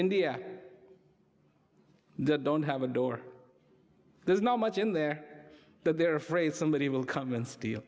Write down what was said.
india that don't have a door there's not much in there that they're afraid somebody will come and steal